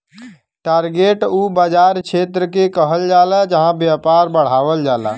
target उ बाज़ार क्षेत्र के कहल जाला जहां व्यापार बढ़ावल जाला